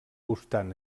obstant